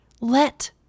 Let